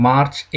March